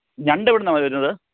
ഞണ്ട് എവിടുന്നാ വരുന്നത്